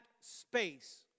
space